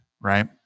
right